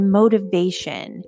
motivation